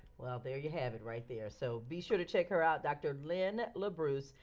well, there you have it right there. so be sure to check her out dr. lynn labrousse.